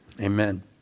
amen